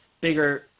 bigger